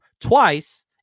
twice